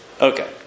Okay